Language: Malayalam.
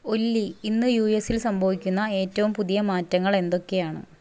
ഒല്ലി ഇന്ന് യു എസിൽ സംഭവിക്കുന്ന ഏറ്റവും പുതിയ മാറ്റങ്ങൾ എന്തൊക്കെയാണ്